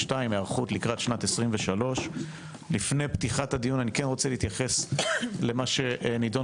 והיערכות לשנת 2023. לפני פתיחת הדיון אני רוצה להתייחס למה שנידון